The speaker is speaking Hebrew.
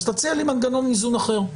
אז תציע לי מנגנון איזון אחר.